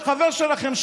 החבר שלכם,